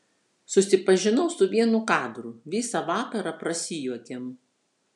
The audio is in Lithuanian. susipažinau su vienu kadru visą vakarą prasijuokėm